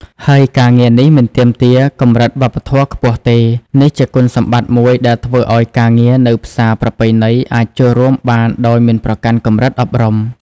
ហើយការងារនេះមិនទាមទារកម្រិតវប្បធម៌ខ្ពស់ទេ នេះជាគុណសម្បត្តិមួយដែលធ្វើឱ្យការងារនៅផ្សារប្រពៃណីអាចចូលរួមបានដោយមិនប្រកាន់កម្រិតអប់រំ។